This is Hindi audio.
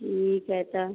ठीक है तो